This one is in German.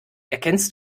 erkennst